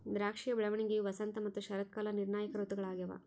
ದ್ರಾಕ್ಷಿಯ ಬೆಳವಣಿಗೆಯು ವಸಂತ ಮತ್ತು ಶರತ್ಕಾಲ ನಿರ್ಣಾಯಕ ಋತುಗಳಾಗ್ಯವ